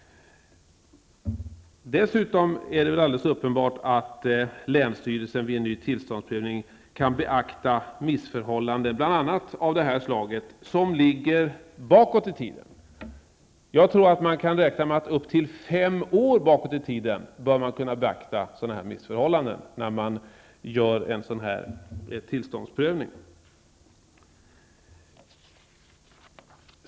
Vidare är det väl alldeles uppenbart att länsstyrelsen vid en ny tillståndsprövning kan beakta missförhållanden, bl.a. av det här slaget, som ligger bakåt i tiden. Jag tror att vi kan räkna med att uppåt fem år bakåt i tiden bör man kunna beakta sådana missförhållanden när man gör en tillståndsprövning.